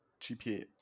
GP